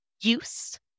use